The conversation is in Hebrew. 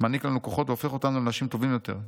מעניק לנו כוחות, והופך אותנו לאנשים טובים יותר'.